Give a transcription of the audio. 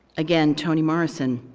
again, toni morrison,